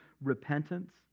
repentance